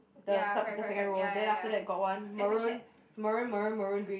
the third the second row then after that got one maroon maroon maroon maroon green